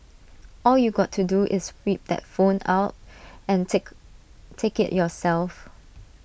all you got to do is whip that phone out and take take IT yourself